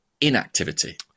inactivity